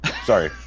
Sorry